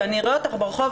כשאני אראה אותך ברחוב,